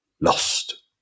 lost